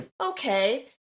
okay